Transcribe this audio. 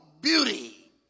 beauty